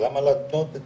אז למה להתנות את